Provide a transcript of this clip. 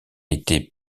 était